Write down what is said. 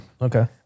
Okay